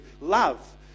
love